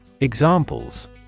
Examples